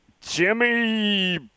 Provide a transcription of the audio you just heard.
Jimmy